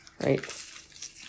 Right